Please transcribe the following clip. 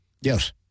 Yes